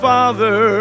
Father